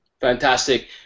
fantastic